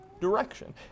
direction